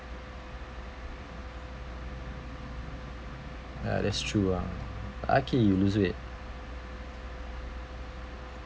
ya that's true uh lucky you lose weight